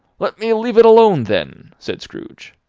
let me leave it alone, then, said scrooge.